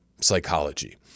psychology